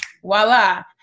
Voila